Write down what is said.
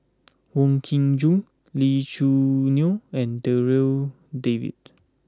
Wong Kin Jong Lee Choo Neo and Darryl David